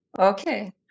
Okay